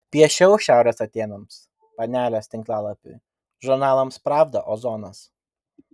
piešiau šiaurės atėnams panelės tinklalapiui žurnalams pravda ozonas